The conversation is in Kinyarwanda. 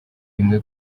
rimwe